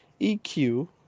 EQ